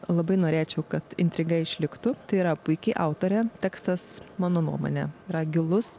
labai norėčiau kad intriga išliktų tai yra puiki autorė tekstas mano nuomone yra gilus